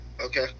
Okay